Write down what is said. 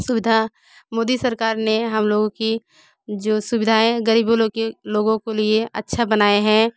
सुविधा मोदी सरकार ने हम लोगों की जो सुविधाएं गरीबों लोगों को लिए अच्छा बनाए हैं